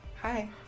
Hi